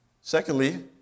Secondly